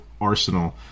arsenal